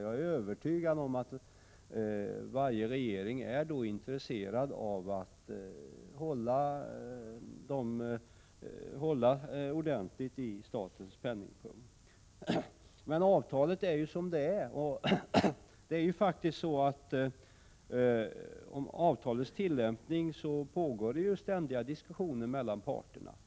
Jag är övertygad om att varje regering är intresserad av att hålla ordentligt i statens penningpung. Men avtalet är som det är. Om avtalets tillämpning pågår det ständiga diskussioner mellan parterna.